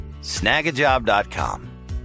snagajob.com